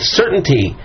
certainty